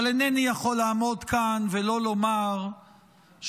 אבל אינני יכול לעמוד כאן ולא לומר שבשעה